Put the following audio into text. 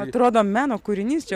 atrodo meno kūrinys čia